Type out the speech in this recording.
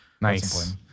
nice